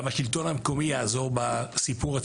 גם השלטון המקומי יעזור בסיפור.